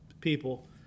people